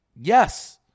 Yes